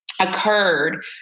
occurred